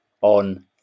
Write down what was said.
on